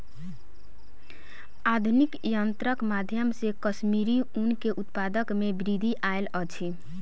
आधुनिक यंत्रक माध्यम से कश्मीरी ऊन के उत्पादन में वृद्धि आयल अछि